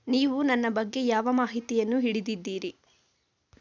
ನೀವು ನನ್ನ ಬಗ್ಗೆ ಯಾವ ಮಾಹಿತಿಯನ್ನು ಹಿಡಿದಿದ್ದೀರಿ